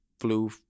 flew